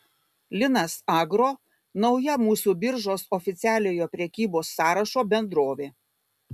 linas agro nauja mūsų biržos oficialiojo prekybos sąrašo bendrovė